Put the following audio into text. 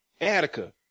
Attica